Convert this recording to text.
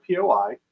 poi